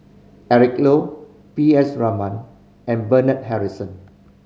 Eric Low P S Raman and Bernard Harrison